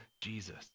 Jesus